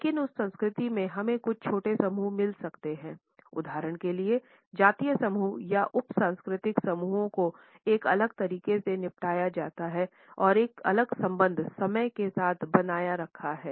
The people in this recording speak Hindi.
लेकिन उस संस्कृति में हमें कुछ छोटे समूह मिल सकते हैं उदाहरण के लिए जातीय समूह या उप सांस्कृतिक समूहों को एक अलग तरीके से निपटाया जाता है और एक अलग संबंध समय के साथ बनाए रखा है